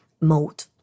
mode